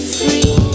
free